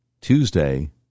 Tuesday